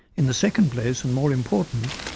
in the second place, and more important,